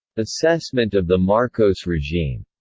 assessment of the marcos regime